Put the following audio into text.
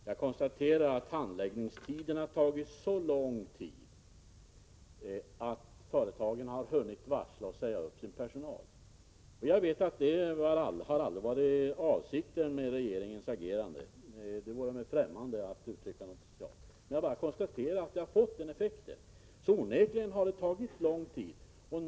Herr talman! Jag konstaterar att handläggningen tagit så lång tid att företagen har hunnit utfärda varsel. De har även hunnit säga upp sin personal. Jag vet att detta aldrig har varit avsikten med regeringens agerande. Det vore mig främmande att uttrycka någonting sådant. Jag bara konstaterar vilken effekt det hela har fått. Onekligen har handläggningen alltså tagit lång tid.